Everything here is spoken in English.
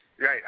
Right